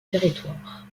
territoire